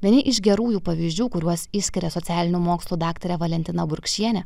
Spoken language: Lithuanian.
vieni iš gerųjų pavyzdžių kuriuos išskiria socialinių mokslų daktarė valentina burkšienė